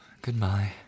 goodbye